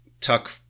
Tuck